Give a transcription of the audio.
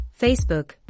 Facebook